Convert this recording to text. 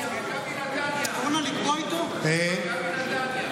הפועל נתניה, מכבי נתניה.